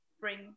bring